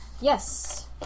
yes